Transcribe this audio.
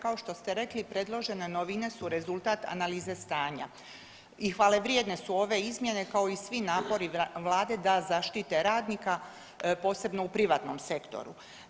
Kao što ste rekli predložene novine su rezultat analize stanja i hvalevrijedne su ove izmjene kao i svi napori Vlade da zaštite radnika posebno u privatnom sektoru.